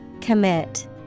Commit